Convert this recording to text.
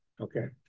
okay